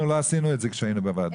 אנחנו לא עשינו את זה כשהיינו בוועדה.